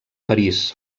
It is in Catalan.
parís